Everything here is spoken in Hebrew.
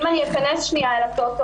אם אכנס שנייה לטוטו,